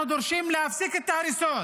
אנחנו דורשים להפסיק את ההריסות